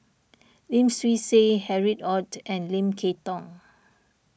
Lim Swee Say Harry Ord and Lim Kay Tong